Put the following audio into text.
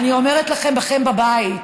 אני אומרת לכם, בבית: